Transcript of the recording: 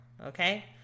Okay